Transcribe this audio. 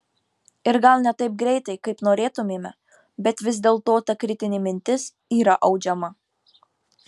ir gal ne taip greitai kaip norėtumėme bet vis dėlto ta kritinė mintis yra audžiama